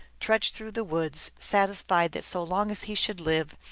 trudged through the woods, satisfied that so long as he should live,